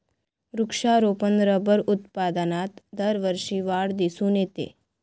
वृक्षारोपण रबर उत्पादनात दरवर्षी वाढ दिसून येते